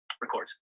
records